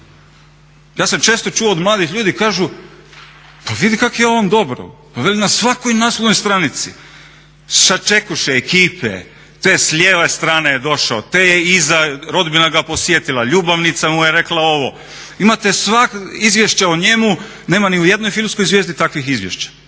ja sam često čuo od mladih ljudi kažu pa vidi kako je on dobro, na svakoj naslovnoj stranici. Sačekuše ekipe te s lijeve strane je došao, te je iza, rodbina ga posjetila, ljubavnica mu je rekla ovo, imate izvješće o njemu, nema ni o jednoj filmskoj zvijezdi takvih izvješća